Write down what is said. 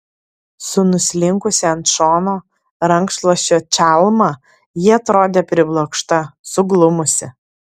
su nuslinkusia ant šono rankšluosčio čalma ji atrodė priblokšta suglumusi